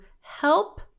help